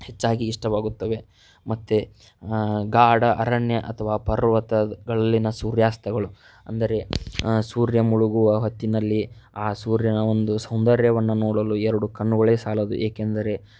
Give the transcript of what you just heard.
ಹೆಚ್ಚಾಗಿ ಇಷ್ಟವಾಗುತ್ತವೆ ಮತ್ತೆ ಗಾಢ ಅರಣ್ಯ ಅಥವಾ ಪರ್ವತದ ಗಳಲ್ಲಿನ ಸೂರ್ಯಾಸ್ತಗಳು ಅಂದರೆ ಸೂರ್ಯ ಮುಳುಗುವ ಹೊತ್ತಿನಲ್ಲಿ ಆ ಸೂರ್ಯನ ಒಂದು ಸೌಂದರ್ಯವನ್ನು ನೋಡಲು ಎರಡು ಕಣ್ಣುಗಳೇ ಸಾಲದು ಏಕೆಂದರೆ